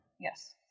Yes